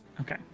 Okay